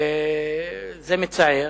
זה מצער,